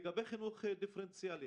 לגבי חינוך דיפרנציאלי,